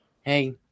Hey